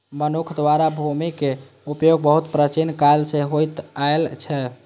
मनुक्ख द्वारा भूमिक उपयोग बहुत प्राचीन काल सं होइत आयल छै